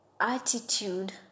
attitude